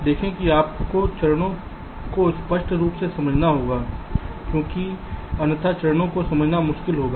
देखें कि आपको चरणों को स्पष्ट रूप से समझना होगा क्योंकि अन्यथा चरणों को समझना मुश्किल होगा